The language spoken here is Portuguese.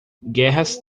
guerras